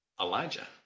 Elijah